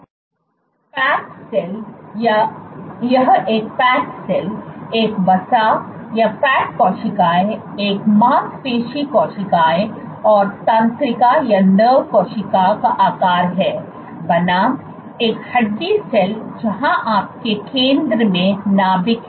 fat cell यह एक fat cell एक वसा कोशिका एक मांसपेशी कोशिका और तंत्रिका कोशिकाका आकार है बनाम एक हड्डी सेल जहां आपके केंद्र में नाभिक है